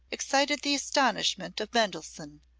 excited the astonishment of mendelssohn,